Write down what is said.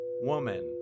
Woman